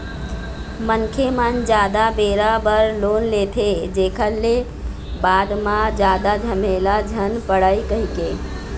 मनखे मन जादा बेरा बर लोन लेथे, जेखर ले बाद म जादा झमेला झन पड़य कहिके